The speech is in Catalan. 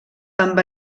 amb